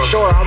Sure